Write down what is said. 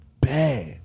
bad